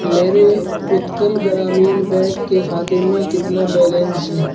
میرے اتکل گرامین بینک کے خاتے میں کتنا بیلنس ہے